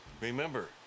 Remember